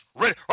ready